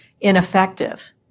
ineffective